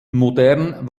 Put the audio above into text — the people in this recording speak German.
modern